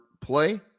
play